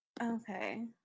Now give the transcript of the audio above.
okay